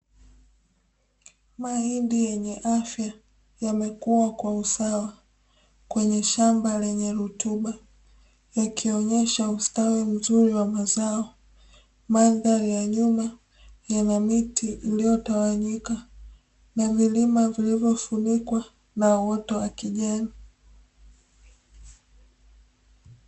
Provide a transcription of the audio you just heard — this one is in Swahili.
Mahindi yenye afya yamekuwa kwa usawa kwenye shamba lenye rutuba, yakionyesha ustawi mzuri wa mazao, mandhari ya nyuma yana miti iliyotawanyika na milima vilivyofunikwa na uoto wa kijani.